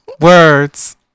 words